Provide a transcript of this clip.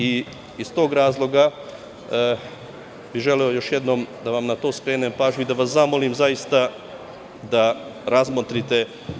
Iz tog razloga bih želeo još jednom da vam na to skrenem pažnju i da vas zamolim da zaista to razmotrite.